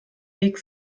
weg